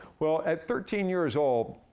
well, at thirteen years old,